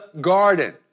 garden